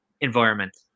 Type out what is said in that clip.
environment